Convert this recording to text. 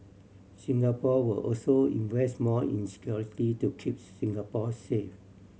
Singapore will also invest more in security to keeps Singapore safe